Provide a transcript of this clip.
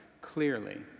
clearly